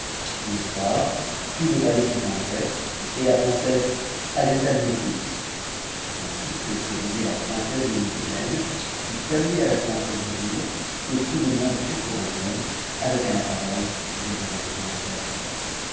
le soir tout le palais fut en fête et la princesse haïatalnefous c'est ainsi que se nommait la princesse de l'îie d'ëbëne fut amenée à la prit cesse badoure que tout le monde prit pour un homme avec un apparei véritablement royal